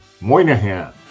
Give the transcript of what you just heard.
Moynihan